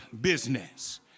business